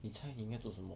你猜你应该做什么